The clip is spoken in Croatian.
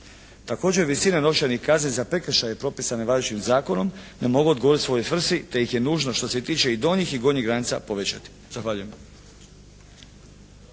Također visina novčanih kazni za prekršaje propisane važećim zakonom ne mogu odgovoriti svojoj svrsi te ih je nužno što se tiče i donjih i gornjih granica povećati. Zahvaljujem.